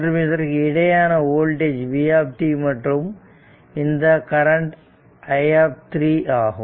மற்றும் இதற்கு இடையேயான வோல்டேஜ் v மற்றும் இந்த கரண்ட் i ஆகும்